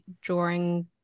drawing